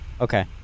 Okay